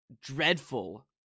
dreadful